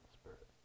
Spirit